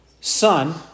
son